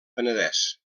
penedès